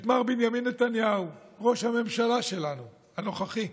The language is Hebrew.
את מר בנימין נתניהו, ראש הממשלה שלנו, הנוכחי,